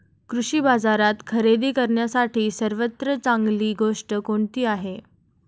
कृषी बाजारात खरेदी करण्यासाठी सर्वात चांगली गोष्ट कोणती आहे?